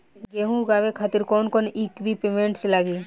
गेहूं उगावे खातिर कौन कौन इक्विप्मेंट्स लागी?